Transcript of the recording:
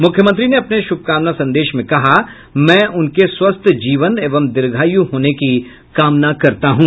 मुख्यमंत्री ने अपने शुभकामना संदेश में कहा मैं उनके स्वस्थ जीवन एवं दीर्घायु होने की कामना करता हूं